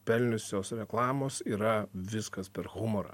pelniusios reklamos yra viskas per humorą